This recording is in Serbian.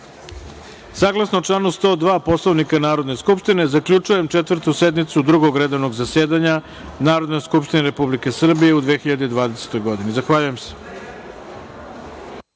saglasno članu 102. Poslovnika Narodne skupštine, zaključujem Četvrtu sednicu Drugog redovnog zasedanja Narodne skupštine Republike Srbije u 2020. godini. Zahvaljujem se.